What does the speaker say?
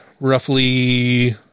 roughly